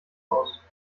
aus